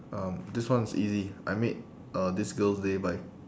um this one is easy I made uh this girl's day by